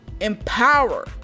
empower